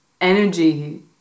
energy